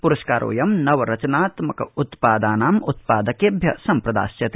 प्रस्कारोऽयं नवरचनात्मक उत्पादानां उत्पादकेभ्य सम्प्रदास्यते